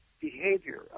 behavior